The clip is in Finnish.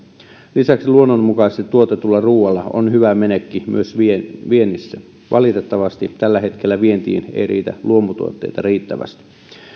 lisäksi luonnonmukaisesti tuotetulla ruualla on hyvä menekki myös viennissä viennissä valitettavasti tällä hetkellä vientiin ei riitä luomutuotteita riittävästi